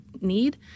need